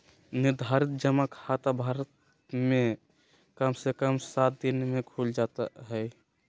निर्धारित जमा खाता भारत मे कम से कम सात दिन मे खुल जाता हय